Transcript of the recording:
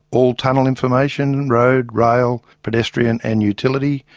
all tunnel information, road, rail, pedestrian and utility,